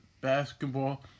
basketball